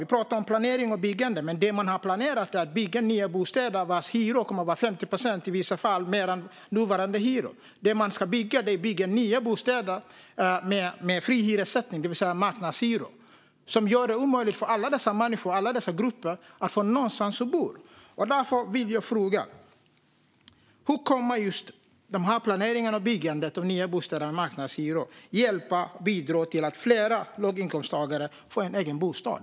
Vi pratar om planering och byggande, men det som planeras är att bygga nya bostäder vars hyror i vissa fall kommer att vara 50 procent högre än nuvarande hyror. Man ska bygga nya bostäder med fri hyressättning, det vill säga marknadshyror, vilket gör det omöjligt för alla dessa människor och grupper att få någonstans att bo. Jag vill därför fråga: Hur kommer det planerade byggandet av nya bostäder med marknadshyror att bidra till att fler låginkomsttagare får en egen bostad?